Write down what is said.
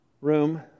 room